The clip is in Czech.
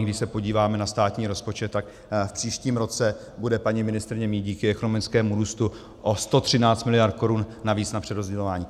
Když se podíváte na státní rozpočet, tak v příštím roce bude paní ministryně mít díky ekonomickému růstu o 113 miliard korun navíc na přerozdělování.